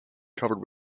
covered